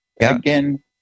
again